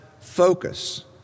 focus